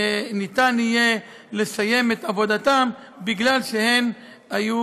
יהיה אפשר לסיים את עבודתן משום שהן היו